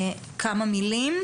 כמה מילים,